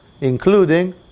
Including